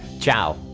ciao,